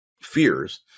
fears